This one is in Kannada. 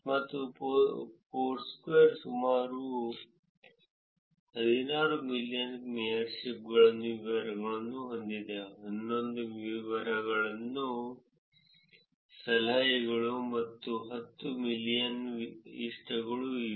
ಮತ್ತು ಫೋರ್ಸ್ಕ್ವೇರ್ ಸುಮಾರು 16 ಮಿಲಿಯನ್ ಮೇಯರ್ಶಿಪ್ನ ವಿವರಗಳನ್ನು ಹೊಂದಿದೆ 11 ಮಿಲಿಯನ್ ಸಲಹೆಗಳು ಮತ್ತು 10 ಮಿಲಿಯನ್ ಇಷ್ಟಗಳು ಇವೆ